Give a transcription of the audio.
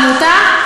העמותה?